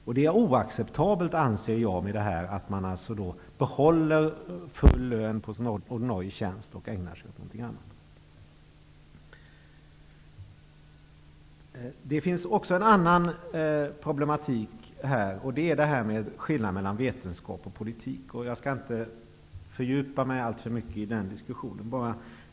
Jag anser att det är oacceptabelt att man behåller full lön på sin ordinarie tjänst och ägnar sig åt någonting annat. Det finns också en annan problematik. Det är skillnaden mellan vetenskap och politik. Jag skall inte fördjupa mig alltför mycket i den diskussionen.